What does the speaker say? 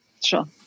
Sure